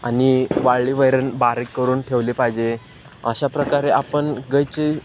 आणि वाळली वैरण बारीक करून ठेवली पाहिजे अशा प्रकारे आपण गायीचे